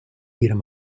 ihrem